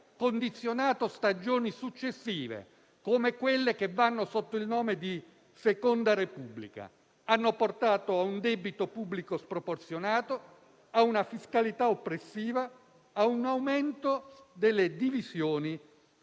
condizionato stagioni successive, come quelle che vanno sotto il nome di seconda Repubblica. Hanno portato a un debito pubblico sproporzionato, a una fiscalità oppressiva, a un aumento delle divisioni